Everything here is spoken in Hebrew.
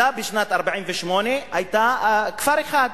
בשנת 1948 זה היה כפר אחד,